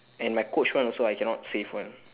and my coach one also I cannot save [one]